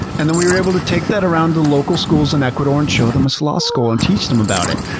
and then we were able to take that around the local schools in ecuador and show them a sloth skull and teach them about it.